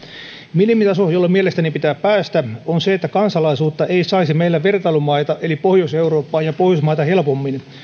minimitaso jolle mielestäni pitää päästä on se että kansalaisuutta ei saisi meillä vertailumaita eli pohjois eurooppaa ja pohjoismaita helpommin